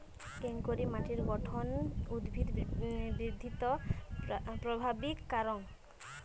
কেঙকরি মাটির গঠন উদ্ভিদ বৃদ্ধিত প্রভাবিত করাং?